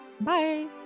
Bye